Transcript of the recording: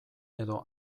edo